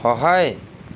সহায়